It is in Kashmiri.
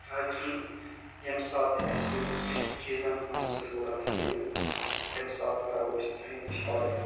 تاکہِ ییٚمہِ ساتہٕ تہِ اسہِ کیٚنٛہہ چیٖزَن ہٕنٛز ضروٗرَت پیٚیہِ تمہِ ساتہٕ کَرَو أسۍ تۄہے نِش آرڈَر